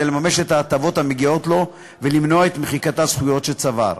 לממש את ההטבות המגיעות לו ולמנוע את מחיקת הזכויות שצבר.